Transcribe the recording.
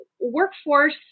workforce